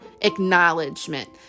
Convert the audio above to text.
acknowledgement